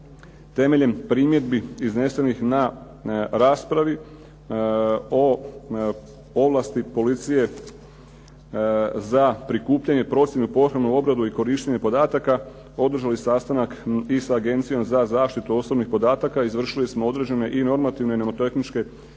temeljem primjedbi iznesenih na raspravi o ovlasti policije za prikupljanje, procjenu i pohranu, obradu i korištenje podataka održali sastanak i sa Agencijom za zaštitu osobnih podataka izvršili smo određene i normativne i nomotehničke promjene.